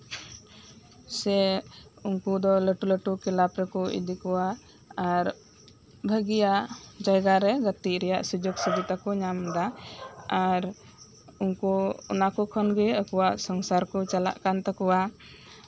ᱥᱮ ᱩᱱᱠᱩ ᱫᱚ ᱞᱟᱴᱩᱼᱞᱟᱴᱩ ᱠᱞᱟᱵ ᱨᱮᱠᱚ ᱤᱫᱤ ᱠᱚᱣᱟ ᱟᱨ ᱵᱷᱟᱹᱜᱤᱭᱟᱜ ᱡᱟᱭᱜᱟ ᱨᱮ ᱜᱟᱛᱮᱜ ᱨᱮᱱᱟᱜ ᱥᱩᱡᱳᱜᱽᱼᱥᱩᱵᱤᱫᱟ ᱠᱚ ᱧᱟᱢ ᱮᱫᱟ ᱟᱨ ᱩᱱᱠᱩ ᱚᱱᱟ ᱠᱚ ᱠᱷᱚᱱ ᱜᱮ ᱟᱠᱚᱣᱟᱜ ᱥᱚᱝᱥᱟᱨ ᱠᱚ ᱪᱟᱞᱟᱜ ᱠᱟᱱ ᱛᱟᱠᱚᱣᱟ